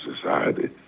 society